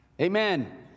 Amen